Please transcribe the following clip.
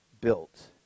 built